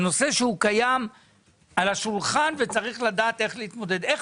זה נושא שקיים על השולחן וצריך לדעת איך להתמודד איתו.